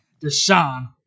Deshaun